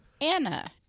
Anna